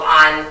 on